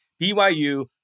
BYU